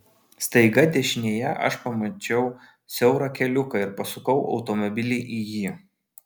staiga dešinėje aš pamačiau siaurą keliuką ir pasukau automobilį į jį